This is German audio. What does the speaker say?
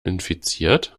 infiziert